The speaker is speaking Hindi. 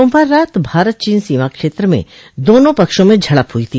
सोमवार रात भारत चीन सीमा क्षेत्र में दोनों पक्षों में झड़प हुई थी